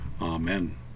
Amen